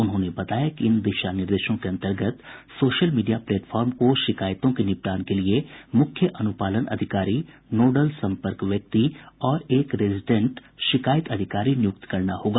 उन्होंने बताया कि इन दिशा निर्देशों के अंतर्गत सोशल मीडिया प्लेटफॉर्म को शिकायतों के निपटान के लिए मुख्य अनुपालन अधिकारी नोडल संपर्क व्यक्ति और एक रेजिडेंट शिकायत अधिकारी नियुक्त करना होगा